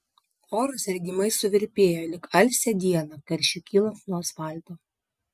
oras regimai suvirpėjo lyg alsią dieną karščiui kylant nuo asfalto